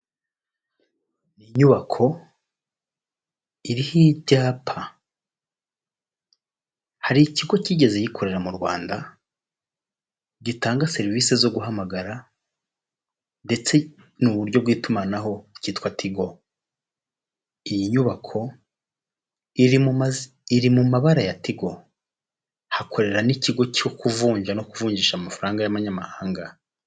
Ni inyubako iriho icyapa. Hari ikigo kigeze gikorera mu Rwanda, gitanga serivisi zo guhamagara ndetse n' uburyo bw'itumanaho kitwa Tigo . Iyi nyubako iri mu mabara ya Tigo, hakorera n'ikigo cyo kuvunja no kuvungisha amafaranga y'abanyamahanga.